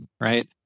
Right